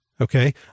Okay